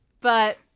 But-